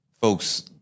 folks